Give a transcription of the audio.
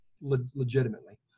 legitimately